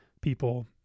people